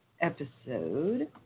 episode